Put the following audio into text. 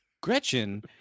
gretchen